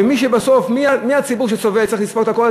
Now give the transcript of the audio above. ומי שבסוף, מי הציבור שצריך לספוג את הכול?